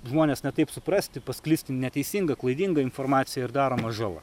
žmonės ne taip suprasti pasklisti neteisinga klaidinga informacija ir daroma žala